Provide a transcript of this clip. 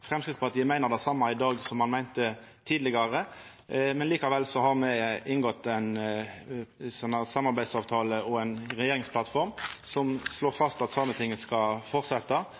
Framstegspartiet meiner det same i dag som me meinte tidlegare. Likevel har me inngått ein samarbeidsavtale og ein regjeringsplattform som slår fast at Sametinget skal